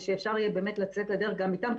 ושאפשר יהיה לצאת לדרך גם איתן,